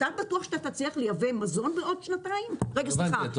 לייבא מזון בעוד שנתיים --- לא הבנתי,